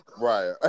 right